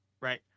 Right